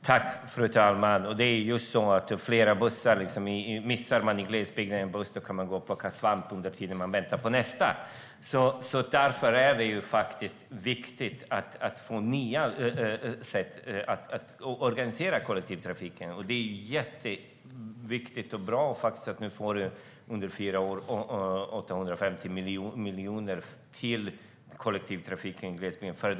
Fru talman! Just så, fler bussar - missar man en buss i glesbygd kan man gå och plocka svamp under tiden man väntar på nästa. Därför är det viktigt att få nya sätt att organisera kollektivtrafiken. Det är viktigt och bra att vi nu får 850 miljoner till kollektivtrafiken på glesbygden under fyra år.